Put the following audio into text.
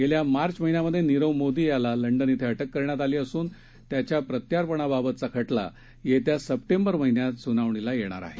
गेल्या मार्च महिन्यात नीरव मोदी याला लंडन इथं अटक करण्यात आली असून त्याच्या प्रत्यार्पणाबाबतचा खटला येत्या सप्टेंबर महिन्यत सुनावणीला येणार आहे